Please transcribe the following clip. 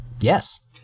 Yes